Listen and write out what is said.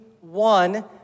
one